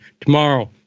tomorrow